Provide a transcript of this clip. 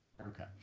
Okay